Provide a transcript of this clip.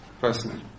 personally